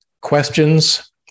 questions